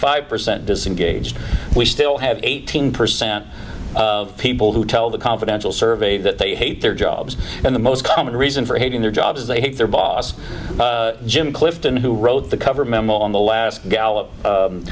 five percent disengaged we still have eighteen percent of people who tell the confidential survey that they hate their jobs and the most common reason for hating their jobs they hate their boss jim clifton who wrote the cover memo on the last gal